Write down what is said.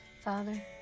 Father